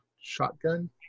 shotgun